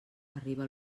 arriba